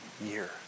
year